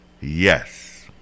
yes